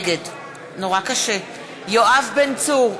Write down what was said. נגד יואב בן צור,